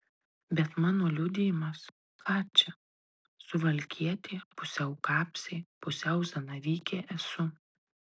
bet mano liudijimas ką čia suvalkietė pusiau kapsė pusiau zanavykė esu